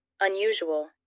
unusual